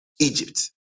Egypt